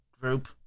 group